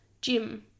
gym